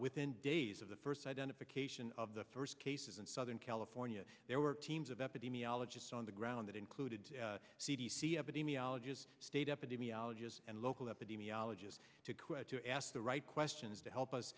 within days of the first identification of the first cases in southern california there were teams of epidemiologists on the ground that included c d c epidemiologists state epidemiologists and local epidemiologists to quit to ask the right questions to help us